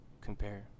Compare